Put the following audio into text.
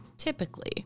Typically